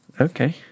Okay